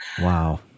Wow